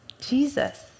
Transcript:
Jesus